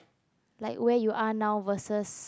like where you are now versus